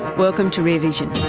welcome to rear vision.